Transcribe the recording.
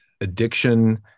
addiction